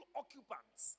occupants